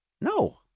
No